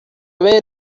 vez